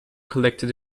collected